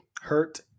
hurt